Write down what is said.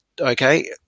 okay